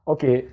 Okay